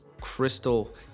crystal